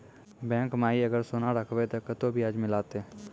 Bank माई अगर सोना राखबै ते कतो ब्याज मिलाते?